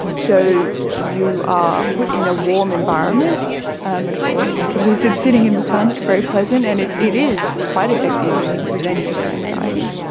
so you are put in a warm environment, but of course like a lizard sitting in the sun it's very pleasant and it it is quite effective in reducing your anxiety.